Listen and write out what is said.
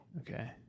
Okay